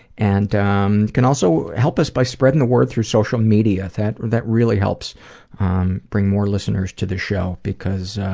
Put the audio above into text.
and you um can also help us by spreading the word through social media. that that really helps um bring more listeners to the show, because